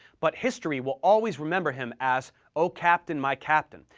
but history will always remember him as o captain, my captain,